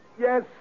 Yes